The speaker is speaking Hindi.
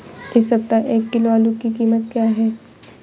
इस सप्ताह एक किलो आलू की कीमत क्या है?